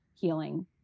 healing